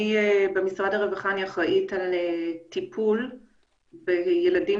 אני במשרד הרווחה אחראית בטיפול בילדים